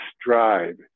stride